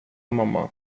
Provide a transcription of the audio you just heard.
mamma